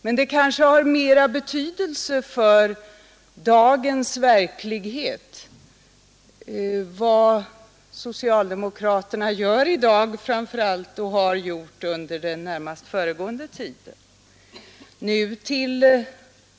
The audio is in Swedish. Men ekonomiska fördet har kanske större betydelse för dagens verklighet vad socialdemokraeningar, m.m. terna gör i dag och har gjort under den närmast föregående tiden.